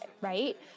right